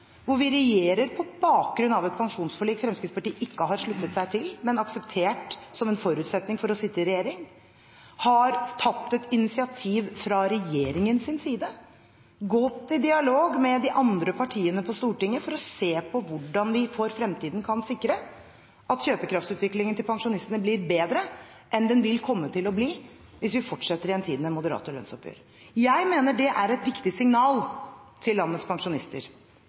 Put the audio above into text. hvor vi regjerer på bakgrunn av et pensjonsforlik Fremskrittspartiet ikke har sluttet seg til – men akseptert som en forutsetning for å sitte i regjering – har tatt et initiativ fra regjeringens side og gått i dialog med de andre partiene på Stortinget for å se på hvordan vi for fremtiden kan sikre at kjøpekraftsutviklingen for pensjonistene blir bedre enn den vil komme til å bli hvis det fortsetter i en tid med moderate lønnsoppgjør. Jeg mener det er et viktig signal til landets pensjonister,